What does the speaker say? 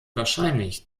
wahrscheinlich